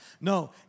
No